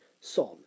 Son